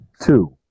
two